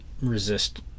resist